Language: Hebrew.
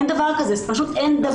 אין דבר כזה, פשוט אין דבר כזה.